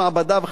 וכיוצא בזה,